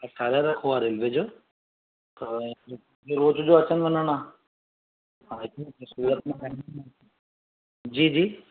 पास ठाहिराए रखियो आहे रेल्वे जो त रोज़ जो अचणु वञणु आहे सूरत मां जी जी